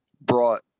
brought